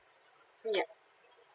yup